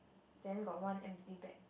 then got one empty bag